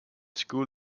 school